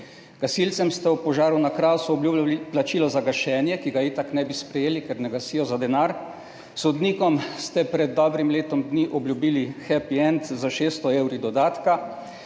Gasilcem ste ob požaru na Krasu obljubljali plačilo za gašenje, ki ga itak ne bi sprejeli, ker ne gasijo za denar. Sodnikom ste pred dobrim letom dni obljubili hepiend s 600 evri dodatka.